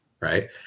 right